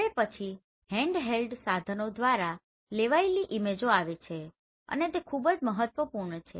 હવે પછી હેન્ડહેલ્ડ સાધનો દ્વારા લેવાયેલી ઈમેજો આવે છે અને તે ખૂબ જ મહત્વપૂર્ણ છે